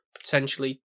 potentially